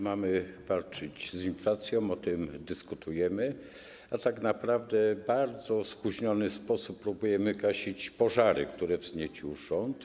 Mamy walczyć z inflacją, o tym dyskutujemy, a tak naprawdę w bardzo spóźniony sposób próbujemy gasić pożary, które wzniecił rząd.